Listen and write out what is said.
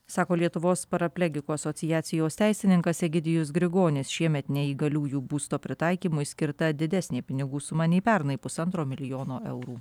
sako lietuvos paraplegikų asociacijos teisininkas egidijus grigonis šiemet neįgaliųjų būsto pritaikymui skirta didesnė pinigų suma nei pernai pusantro milijono eurų